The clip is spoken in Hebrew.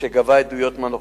שגבה עדויות מהנוכחים.